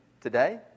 today